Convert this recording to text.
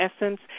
essence